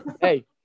Hey